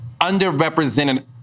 underrepresented